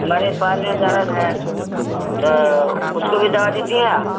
हमारे पैर में दर्द है तो उसके भी दवा देती हैं आप